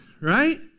right